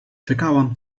czekałam